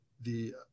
the-